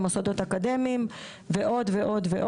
למוסדות אקדמיים ועוד ועוד.